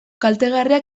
kaltegarria